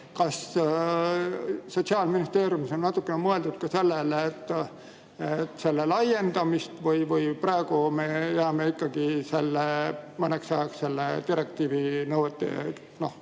Kas Sotsiaalministeeriumis on natukene mõeldud sellele, et seda laiendada, või praegu me jääme ikkagi mõneks ajaks selle direktiivi nõuete